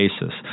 Basis